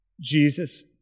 Jesus